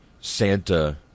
Santa